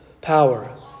power